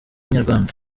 inyarwanda